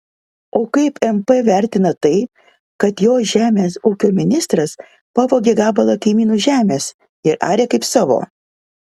o kaip mp vertina tai kad jo žemės ūkio ministras pavogė gabalą kaimynų žemės ir arė kaip savo